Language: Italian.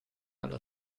alla